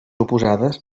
oposades